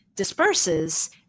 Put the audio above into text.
disperses